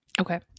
Okay